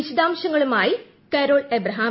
വിശദാംശങ്ങളുമായി Carol Abraham